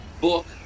Book